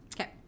Okay